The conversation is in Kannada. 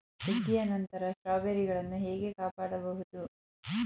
ಸುಗ್ಗಿಯ ನಂತರ ಸ್ಟ್ರಾಬೆರಿಗಳನ್ನು ಹೇಗೆ ಕಾಪಾಡ ಬಹುದು?